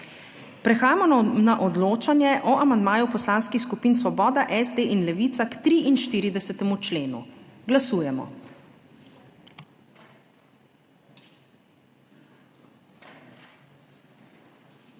prehajamo na odločanje o amandmaju Poslanskih skupin Svoboda, SD in Levica k 99. členu pod